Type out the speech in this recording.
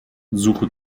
suche